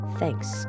Thanks